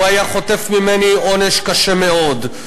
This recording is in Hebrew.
הוא היה חוטף ממני עונש קשה מאוד.